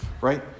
Right